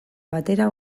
batera